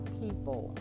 people